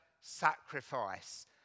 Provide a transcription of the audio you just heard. sacrifice